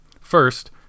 First